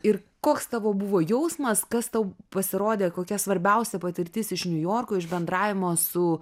ir koks tavo buvo jausmas kas tau pasirodė kokia svarbiausia patirtis iš niujorko iš bendravimo su